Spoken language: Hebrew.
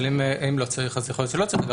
אבל אם לא צריך, אז יכול להיות שלא צריך אגרה?